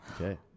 Okay